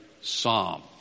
psalm